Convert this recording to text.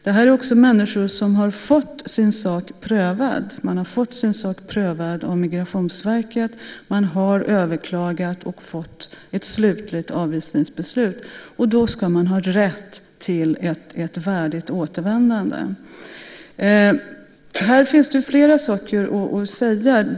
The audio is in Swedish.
Det här är också människor som har fått sin sak prövad. Man har fått sin sak prövad av Migrationsverket. Man har överklagat och fått ett slutligt avvisningsbeslut. Då ska man ha rätt till ett värdigt återvändande. Här finns det flera saker att säga.